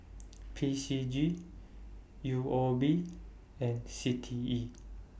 P C G U O B and C T E